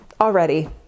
already